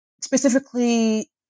specifically